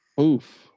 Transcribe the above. Oof